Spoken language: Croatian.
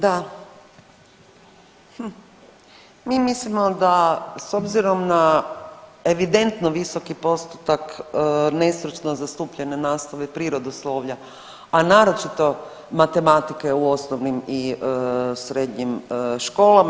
Da, mi mislimo da s obzirom na evidentno visoki postupak nestručno zastupljene nastave prirodoslovlja, a naročito matematike u osnovnim i srednjim školama.